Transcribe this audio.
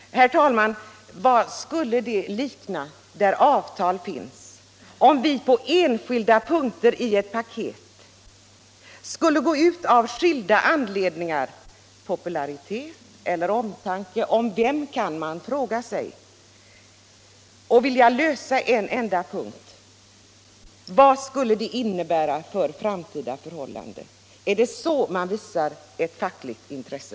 Herr talman! Vad skulle det likna på de områden där avtal finns, om vi av skilda anledningar i en paketlösning skulle gå in på en enskild punkt, kanske för att vinna popularitet eller kanske av omtanke —- omtanke om vem, kan man fråga sig — och bara vilja lösa problemen på denna enda punkt? Vad skulle det innebära för framtiden? Är det så man från er sida dokumenterar fackligt intresse?